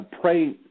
Pray